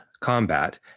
Combat